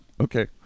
okay